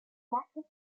active